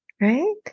right